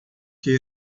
que